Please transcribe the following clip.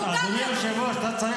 אבל אתה,